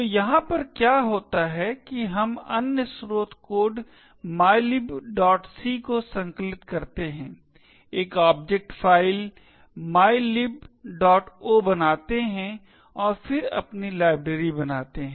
तो यहाँ पर क्या होता है कि हम अन्य स्रोत कोड mylibc को संकलित करते हैं एक ऑब्जेक्ट फाइल mylibo बनाते हैं और फिर अपनी लाइब्रेरी बनाते हैं